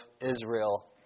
Israel